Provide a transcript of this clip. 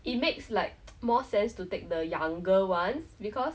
it makes like more sense to take the younger ones because